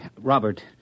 Robert